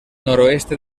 noroeste